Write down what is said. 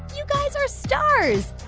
you guys are stars.